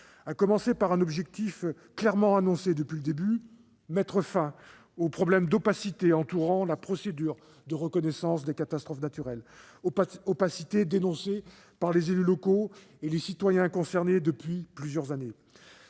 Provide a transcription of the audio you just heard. à commencer par un objectif clairement annoncé depuis le début : mettre fin aux problèmes d'opacité entourant la procédure de reconnaissance des catastrophes naturelles, opacité dénoncée depuis plusieurs années par les élus locaux et les citoyens concernés. Face à ce